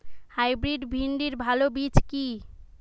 Hybrid ভিন্ডির ভালো বীজ কি?